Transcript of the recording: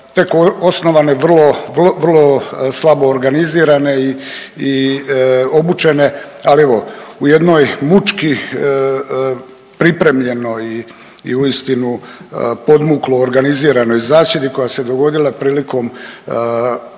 osnovane, vrlo, vrlo slabo organizirane i obučene, ali evo u jednoj mučki pripremljenoj i uistinu podmuklo organiziranoj zasjedi koja se dogodila prilikom